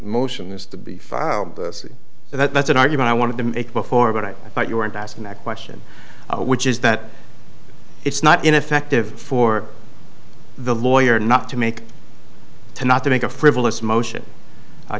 motion is to be filed and that's an argument i wanted to make before but i thought you weren't asking that question which is that it's not ineffective for the lawyer not to make to not to make a frivolous motion